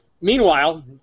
Meanwhile